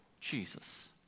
Jesus